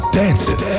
dancing